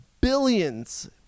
billions